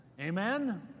Amen